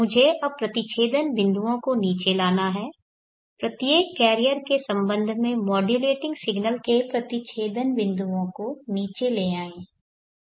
मुझे अब प्रतिच्छेदन बिंदुओं को नीचे लाना है प्रत्येक कैरियर के संबंध में मॉड्यूलेटिंग सिग्नल के प्रतिच्छेदन बिंदुओं को नीचे ले आए